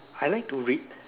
I like to read